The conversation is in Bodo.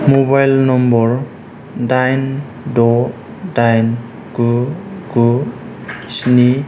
मबाइल नम्बर दाइन द' दाइन गु गु स्नि